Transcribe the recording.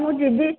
ମୁଁ ଯିବି